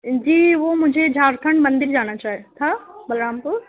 جی وہ مجھے جھارکھنڈ مندر جانا تھا بلرام پور